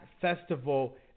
festival